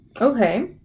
Okay